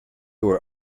were